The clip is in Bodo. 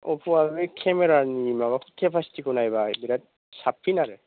अप्प'आ बे केमेरानि माबा केपासिटीखौ नायोबा बिराद साबसिन आरो